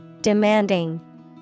Demanding